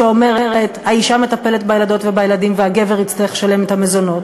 שאומרת: האישה מטפלת בילדות ובילדים והגבר יצטרך לשלם את המזונות.